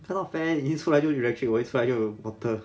看 not fair 你一出来就 electric 我出来就 bottle